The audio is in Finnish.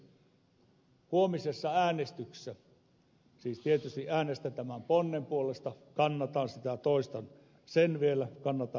huomisessa äänestyksessä siis tietysti äänestän tämän ponnen puolesta kannatan sitä toistan sen vielä kannatan lämpimästi